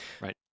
Right